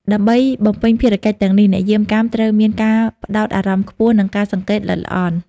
ដើម្បីបំពេញភារកិច្ចទាំងនេះ អ្នកយាមកាមត្រូវមាន ការផ្តោតអារម្មណ៍ខ្ពស់ និង ការសង្កេតល្អិតល្អន់។